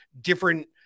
different